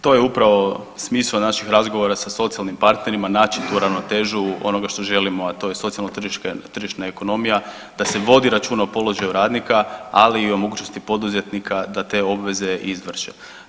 To je upravo smisao naših razgovora sa socijalnim partnerima, naći tu ravnotežu onoga što želimo, a to je socijalno tržišna ekonomija da se vodi računa o položaju radnika, ali i o mogućnosti poduzetnika da te obveze i izvrše.